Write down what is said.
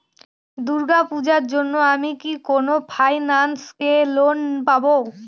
দূর্গা পূজোর জন্য আমি কি কোন ফাইন্যান্স এ লোন পাবো?